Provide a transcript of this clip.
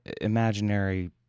imaginary